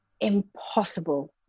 impossible